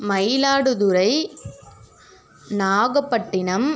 Mayiladuthurai Nagapattinam